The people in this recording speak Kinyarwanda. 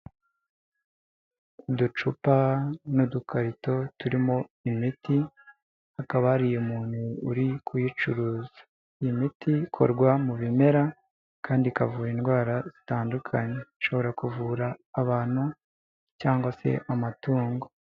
Uducupa n'udukarito turimo imiti, hakaba hari umuntu uri kuyicuruza. Iyi imiti ikorwa mu bimera, kandi ikavura indwara zitandukanye. Ishobora kuvura abantu, cyangwa se amatungo.